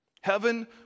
heaven